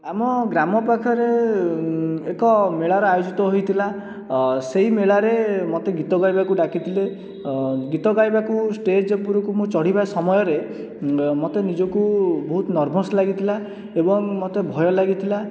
ଆମ ଗ୍ରାମ ପାଖରେ ଏକ ମେଳାର ଆୟୋଜିତ ହୋଇଥିଲା ସେଇ ମେଳାରେ ମୋତେ ଗୀତ ଗାଇବାକୁ ଡାକିଥିଲେ ଗୀତ ଗାଇବାକୁ ଷ୍ଟେଜ୍ ଉପରକୁ ମୁଁ ଚଢ଼ିବା ସମୟରେ ମୋତେ ନିଜକୁ ବହୁତ ନର୍ଭସ ଲାଗିଥିଲା ଏବଂ ମୋତେ ଭୟ ଲାଗିଥିଲା